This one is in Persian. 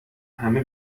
همه